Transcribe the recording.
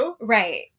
Right